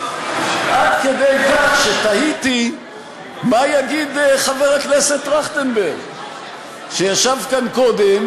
עד כדי כך שתהיתי מה יגיד חבר הכנסת טרכטנברג שישב כאן קודם.